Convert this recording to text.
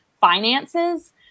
finances